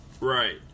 Right